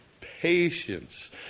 patience